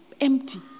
empty